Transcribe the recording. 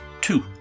two